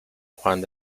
juan